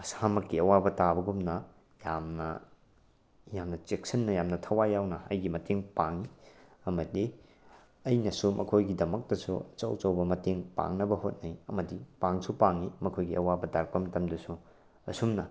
ꯃꯁꯥꯃꯛꯀꯤ ꯑꯋꯥꯕ ꯇꯥꯕꯒꯨꯝꯅ ꯌꯥꯝꯅ ꯌꯥꯝꯅ ꯆꯦꯛꯁꯤꯟꯅ ꯌꯥꯝꯅ ꯊꯋꯥꯏ ꯌꯥꯎꯅ ꯑꯩꯒꯤ ꯃꯇꯦꯡ ꯄꯥꯡꯏ ꯑꯃꯗꯤ ꯑꯩꯅꯁꯨ ꯃꯈꯣꯏꯒꯤꯗꯃꯛꯇꯁꯨ ꯑꯆꯧ ꯑꯆꯧꯕ ꯃꯇꯦꯡ ꯄꯥꯡꯅꯕ ꯍꯣꯠꯅꯩ ꯑꯃꯗꯤ ꯄꯥꯡꯁꯨ ꯄꯥꯡꯏ ꯃꯈꯣꯏꯒꯤ ꯑꯋꯥꯕ ꯇꯥꯔꯛꯄ ꯃꯇꯝꯗꯁꯨ ꯑꯁꯨꯝꯅ